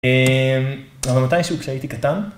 אבל מתישהו שהייתי קטן